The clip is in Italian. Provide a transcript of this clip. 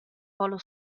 polo